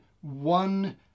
one